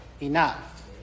enough